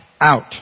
out